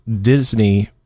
Disney